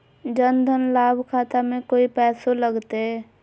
जन धन लाभ खाता में कोइ पैसों लगते?